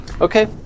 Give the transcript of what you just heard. Okay